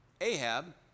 Ahab